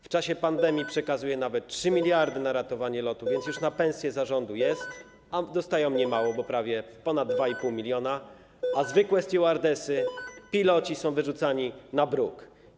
W czasie pandemii przekazuje nawet 3 mld na ratowanie LOT-u, więc już na pensje zarządu jest, a dostają niemało, bo prawie ponad 2,5 mln, a zwykłe stewardesy, piloci są wyrzucani na bruk.